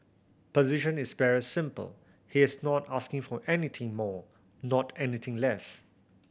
position is very simple he is not asking for anything more not anything less